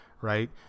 right